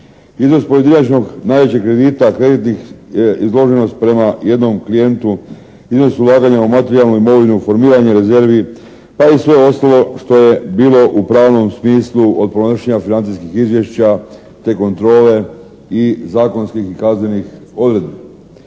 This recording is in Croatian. Iznos pojedinačnog najvećeg kredita, kreditnih, izloženost prema jednom klijentu, iznos ulaganja u materijalnu imovinu, formiranje rezervi pa i sve ostalo što je bilo u pravnom smislu od podnošenja financijskih izvješća te kontrole i zakonskih i kaznenih odredbi.